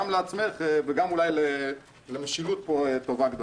לעצמך וגם אולי למשילות פה טובה גדולה.